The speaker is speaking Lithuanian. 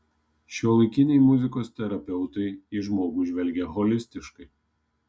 šiuolaikiniai muzikos terapeutai į žmogų žvelgia holistiškai